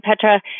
Petra